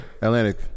Atlantic